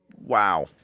Wow